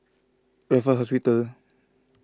Raffles Hospital